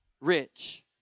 rich